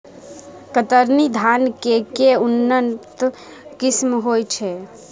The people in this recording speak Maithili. कतरनी धान केँ के उन्नत किसिम होइ छैय?